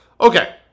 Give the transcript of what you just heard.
Okay